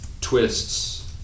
twists